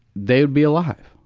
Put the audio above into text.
they'd be alive.